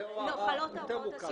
זה יותר מורכב.